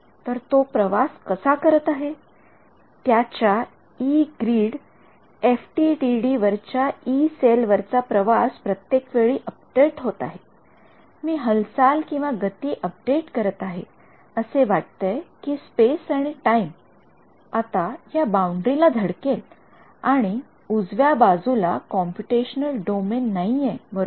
तर तो कसा प्रवास करत आहे त्याच्या यी ग्रीड एफडीटीडी वरच्या यी सेल वरचा प्रवास प्रत्येक वेळी अपडेट होत आहे मी हालचालगती अपडेट करत आहे असे वाटतेय कि स्पेस आणि टाइम आता या बाउंडरी ला धडकेल आणि उजव्या बाजूला कॉम्पुटेशनल डोमेन नाहीये बरोबर